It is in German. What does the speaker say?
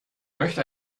möchte